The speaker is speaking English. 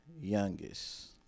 youngest